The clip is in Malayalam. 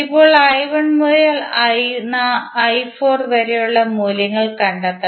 ഇപ്പോൾ മുതൽ വരെയുള്ള മൂല്യങ്ങൾ കണ്ടെത്തണം